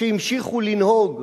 שהמשיכו לנהוג,